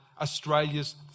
Australia's